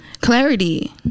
Clarity